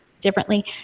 differently